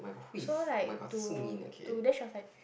so like to to them she was like